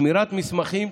שמירת מסמכים,